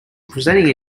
presenting